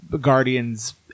Guardians